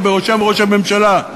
ובראשם ראש הממשלה,